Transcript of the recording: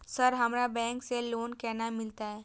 Sir हमरा bank से loan केना मिलते?